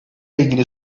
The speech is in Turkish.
ilgili